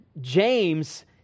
James